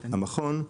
המכון,